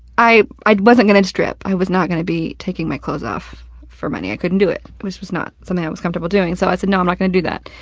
i i wasn't gonna strip. i was not gonna be taking my clothes off for money. i couldn't do it. it was not something i was comfortable doing. so i said no, i'm not gonna do that.